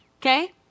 Okay